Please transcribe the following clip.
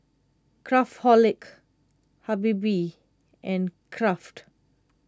Craftholic Habibie and Kraft